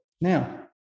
Now